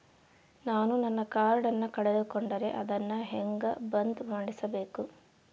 ನಾನು ನನ್ನ ಕಾರ್ಡನ್ನ ಕಳೆದುಕೊಂಡರೆ ಅದನ್ನ ಹೆಂಗ ಬಂದ್ ಮಾಡಿಸಬೇಕು?